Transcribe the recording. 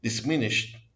diminished